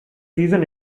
season